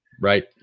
Right